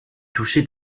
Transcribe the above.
toucher